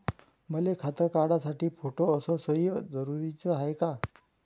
मले खातं काढासाठी फोटो अस सयी जरुरीची हाय का?